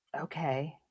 okay